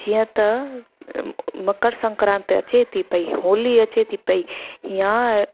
जीअं त मकर संक्रात अचे थी पई होली अचे थी पई या